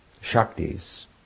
Shaktis